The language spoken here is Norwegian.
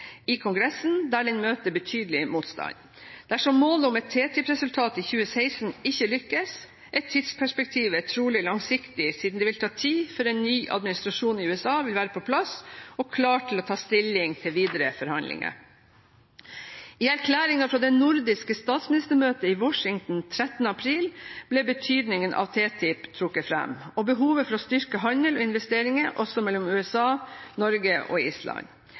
i Kongressen, der den møter betydelig motstand. Dersom målet om et TTIP-resultat i 2016 ikke lykkes, er tidsperspektivet trolig langsiktig, siden det vil ta tid før en ny administrasjon i USA vil være på plass og er klar til å ta stilling til videre forhandlinger. I erklæringen fra det nordiske statsministermøtet i Washington 13. mai ble betydningen av TTIP trukket fram, og behovet for å styrke handel og investeringer også mellom USA, Norge og Island.